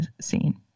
scene